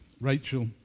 Rachel